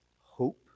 hope